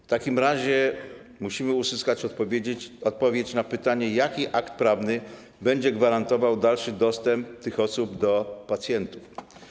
W takim razie musimy uzyskać odpowiedź na pytanie, jaki akt prawny będzie gwarantował dalszy dostęp tych osób do pacjentów.